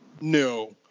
No